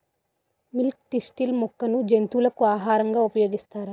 Milk thistle మొక్కను జంతువులకు ఆహారంగా ఉపయోగిస్తారా?